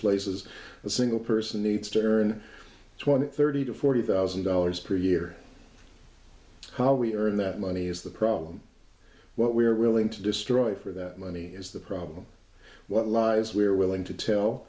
places a single person needs to earn twenty thirty to forty thousand dollars per year how we earn that money is the problem what we are willing to destroy for that money is the problem what lies we are willing to tell